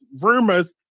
rumors